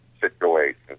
situation